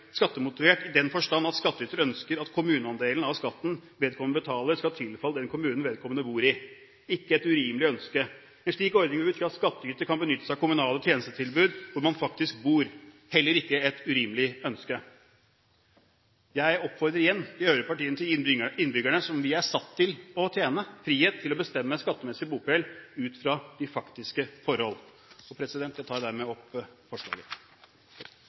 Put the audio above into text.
skattemotivert i den forstand at skattyter ønsker at kommuneandelen av skatten vedkommende betaler, skal tilfalle den kommunen vedkommende bor i – ikke et urimelig ønske. En slik ordning vil bety at skattyter kan benytte seg av kommunale tjenestetilbud hvor man faktisk bor – heller ikke et urimelig ønske. Jeg oppfordrer igjen de øvrige partiene til å gi innbyggerne som vi er satt til å tjene, frihet til å bestemme skattemessig bopel ut fra de faktiske forhold. Jeg tar med dette opp forslaget